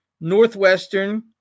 Northwestern